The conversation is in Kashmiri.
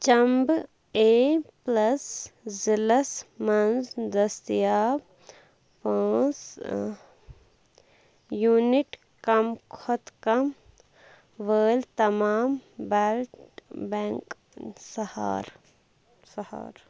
چمبہٕ اے ضلعس مَنٛز دٔستیاب پانٛژھ یونٹ کم کھۄتہٕ کم وٲلۍ تمام بلٹ بینک سہار سہار